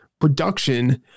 production